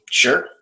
sure